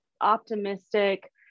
optimistic